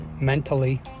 mentally